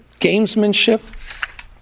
gamesmanship